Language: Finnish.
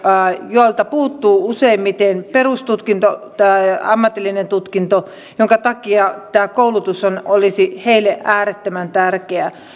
joilta puuttuu perustutkinto tai ammatillinen tutkinto minkä takia tämä koulutus olisi heille äärettömän tärkeää